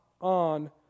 on